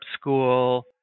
school